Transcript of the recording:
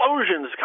explosions